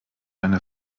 eine